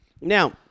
Now